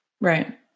Right